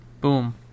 boom